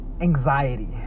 Anxiety